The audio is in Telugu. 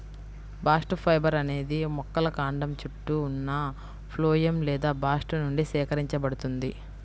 బాస్ట్ ఫైబర్ అనేది మొక్కల కాండం చుట్టూ ఉన్న ఫ్లోయమ్ లేదా బాస్ట్ నుండి సేకరించబడుతుంది